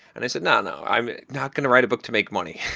and i said, no. no. i'm not going to write a book to make money.